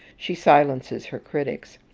she silences her critics.